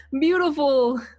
beautiful